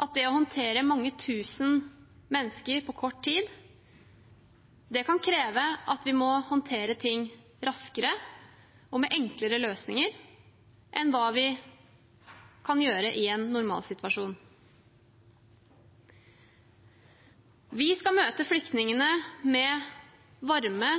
at det å håndtere mange tusen mennesker på kort tid kan kreve at vi må håndtere ting raskere og med enklere løsninger enn det vi kan gjøre i en normalsituasjon. Vi skal møte flyktningene med varme,